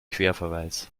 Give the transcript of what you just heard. querverweis